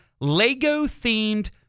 Lego-themed